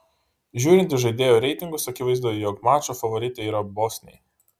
žiūrint į žaidėjų reitingus akivaizdu jog mačo favoritai yra bosniai